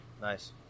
Nice